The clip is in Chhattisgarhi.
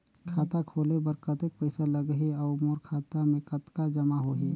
खाता खोले बर कतेक पइसा लगही? अउ मोर खाता मे कतका जमा होही?